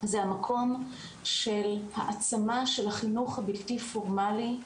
זה המקום של העצמה של החינוך הבלתי פורמלי,